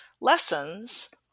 lessons